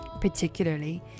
particularly